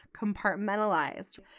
compartmentalized